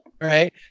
right